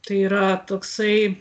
tai yra toksai